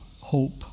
hope